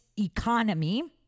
economy